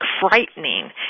frightening